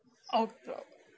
oh pro~